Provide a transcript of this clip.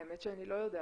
האמת שאני לא יודעת,